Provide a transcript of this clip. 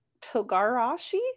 Togarashi